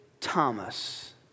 Thomas